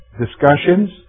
discussions